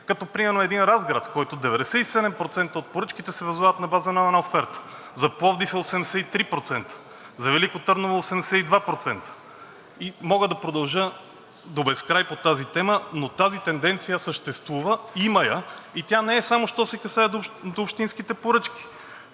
примерно като един Разград, в който 97% от поръчките се възлагат на база на една оферта, за Пловдив са 83%, за Велико Търново – 82%. Мога да продължа до безкрай по темата, но тази тенденция съществува – има я, и тя не е само що се касае до общинските поръчки,